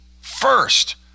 first